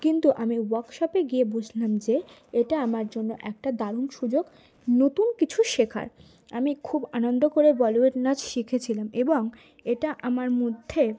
কিন্তু আমি ওয়ার্কশপে গিয়ে বুঝলাম যে এটা আমার জন্য একটা দারুণ সুযোগ নতুন কিছু শেখার আমি খুব আনন্দ করে বলিউড নাচ শিখেছিলাম এবং এটা আমার মধ্যে